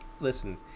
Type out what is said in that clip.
listen